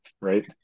right